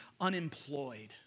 unemployed